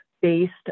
based